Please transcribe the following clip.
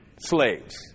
slaves